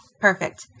perfect